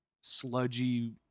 sludgy